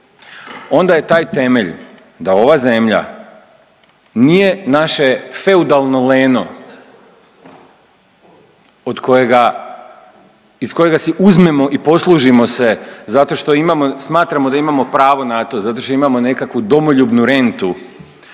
onda je taj temelj da ova zemlja nije naše feudalno leno od kojega, iz kojega si uzmemo i poslužimo se zato što imamo, smatramo da imamo pravo na to, zato što imamo nekakvu domoljubnu rentu.